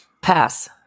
pass